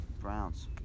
Browns